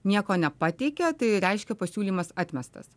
nieko nepateikė tai reiškia pasiūlymas atmestas